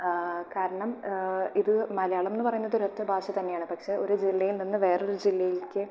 കാരണം ഇത് മലയാളം എന്ന് പറയുന്നത് ഒരൊറ്റ ഭാഷ തന്നെയാണ് പക്ഷേ ഒരു ജില്ലയിൽ നിന്ന് വേറൊരു ജില്ലയിലേക്ക്